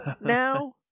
now